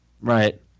Right